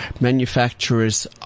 manufacturers